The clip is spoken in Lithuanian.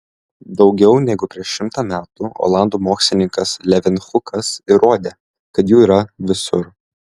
daugiau negu prieš šimtą metų olandų mokslininkas levenhukas įrodė kad jų yra visur